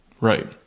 Right